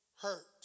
Hurt